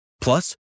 Plus